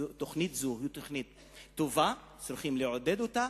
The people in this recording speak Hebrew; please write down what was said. שזו תוכנית טובה, צריכים לעודד אותה,